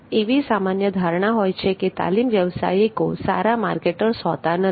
એવી સામાન્ય ધારણા હોય છે કે તાલીમ વ્યવસાયિકો સારા માર્કેટર્સ હોતા નથી